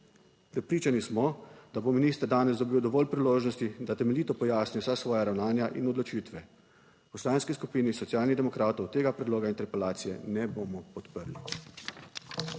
Prepričani smo, da bo minister danes dobil dovolj priložnosti, da temeljito pojasni vsa svoja ravnanja in odločitve. V Poslanski skupini Socialnih demokratov tega predloga interpelacije ne bomo podprli.